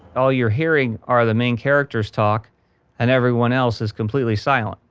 all you're hearing are the main characters talk and everyone else is completely silent.